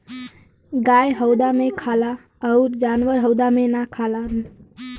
गाय हउदा मे खाला अउर जानवर हउदा मे ना खालन